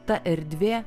ta erdvė